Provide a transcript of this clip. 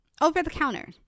Over-the-counter